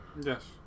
Yes